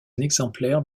exemplaire